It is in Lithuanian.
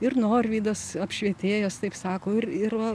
ir norvydas apšvietėjas taip sako ir ir